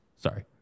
Sorry